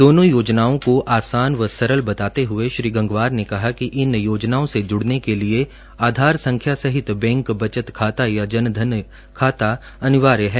दोनो योजनाओं को आसान व सरल बताते हुए श्री गंगवार ने कहा कि इन योजनाओं से जुड़ने के लिए आधार संख्या सहित बैंक बचत खाता या जन धन खाता अनिवार्य है